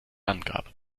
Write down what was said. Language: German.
angaben